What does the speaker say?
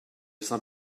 saint